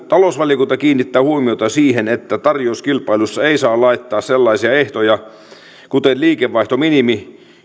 talousvaliokunta kiinnittää huomiota siihen että tarjouskilpailuissa ei saa laittaa sellaisia ehtoja kuten liikevaihtominimi